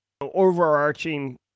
overarching